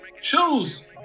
shoes